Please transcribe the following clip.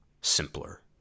simpler